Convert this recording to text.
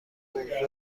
موضوع